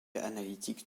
analytique